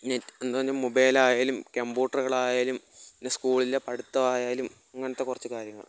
നെ എന്താ ഇനി മൊബൈലായാലും കംപ്യൂട്ടറുകളായാലും പിന്നെ സ്കൂളിലെ പഠിത്തം ആയാലും ഇങ്ങനത്തെ കുറച്ച് കാര്യങ്ങൾ